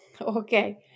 Okay